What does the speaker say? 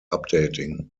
updating